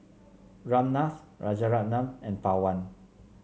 Ramnath Rajaratnam and Pawan